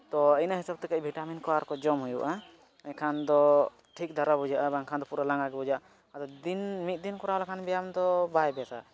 ᱛᱚ ᱤᱱᱟᱹ ᱦᱤᱥᱟᱹᱵᱽᱛᱮ ᱠᱟᱹᱡ ᱵᱷᱤᱴᱟᱢᱤᱱ ᱠᱚ ᱟᱨᱠᱚ ᱡᱚᱢ ᱦᱩᱭᱩᱜᱼᱟ ᱮᱱᱠᱷᱟᱱ ᱫᱚ ᱴᱷᱤᱠ ᱫᱷᱟᱨᱟ ᱵᱩᱡᱷᱟᱹᱜᱼᱟ ᱵᱟᱝᱠᱷᱟᱱ ᱫᱚ ᱯᱩᱨᱟᱹ ᱞᱟᱸᱜᱟ ᱜᱮ ᱵᱩᱡᱷᱟᱹᱜᱼᱟ ᱟᱫᱚ ᱫᱤᱱ ᱢᱤᱫ ᱫᱤᱱ ᱠᱚᱨᱟᱣ ᱞᱮᱠᱷᱟᱱ ᱵᱮᱭᱟᱢ ᱫᱚ ᱵᱟᱭ ᱵᱮᱥᱟ